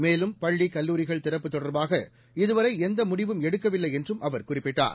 மேலும் பள்ளி கல்லூரிகள் திறப்பு தொடர்பாக இதுவரை எந்த முடிவும் எடுக்கவில்லை என்றும் அவர் குறிப்பிட்டார்